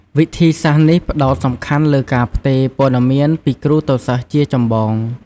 វិធីសាស្ត្រនេះផ្តោតសំខាន់លើការផ្ទេរព័ត៌មានពីគ្រូទៅសិស្សជាចម្បង។